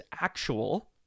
actual